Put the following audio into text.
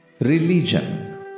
Religion